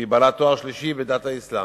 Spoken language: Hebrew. שהיא בעלת תואר שלישי בדת האסלאם.